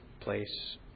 place